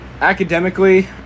academically